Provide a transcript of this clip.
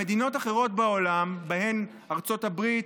במדינות אחרות בעולם, ובהן ארצות הברית,